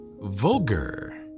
Vulgar